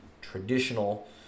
traditional